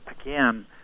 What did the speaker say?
again